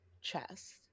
chest